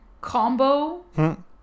combo